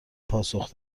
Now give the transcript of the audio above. پاسخ